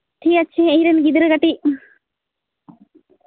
ᱴᱷᱤᱠ ᱟᱪᱷᱮ ᱤᱧ ᱨᱮᱱ ᱜᱤᱫᱽᱨᱟᱹ ᱠᱟᱴᱤᱡ